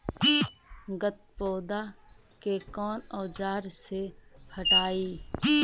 गत्पोदा के कौन औजार से हटायी?